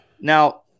Now